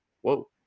Whoa